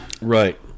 right